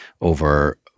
over